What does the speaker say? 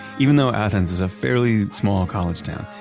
even though athens is a fairly small college town,